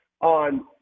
on –